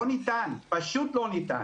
לא ניתן, פשוט לא ניתן.